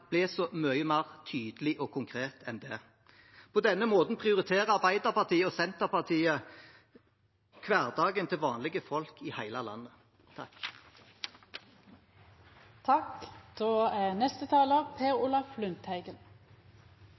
så mye mer tydelig og konkret enn det. På denne måten prioriterer Arbeiderpartiet og Senterpartiet hverdagen til vanlige folk i hele landet.